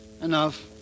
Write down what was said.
Enough